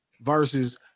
versus